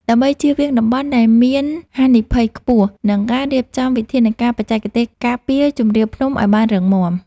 ដើម្បីជៀសវាងតំបន់ដែលមានហានិភ័យខ្ពស់ និងការរៀបចំវិធានការបច្ចេកទេសការពារជម្រាលភ្នំឱ្យបានរឹងមាំ។